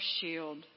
shield